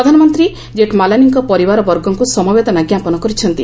ପ୍ରଧାନମନ୍ତ୍ରୀ ଜେଠ୍ମଲାନୀଙ୍କ ପରିବାରବର୍ଗଙ୍କୁ ସମବେଦନା ଜ୍ଞାପନ କରିଛନ୍ତି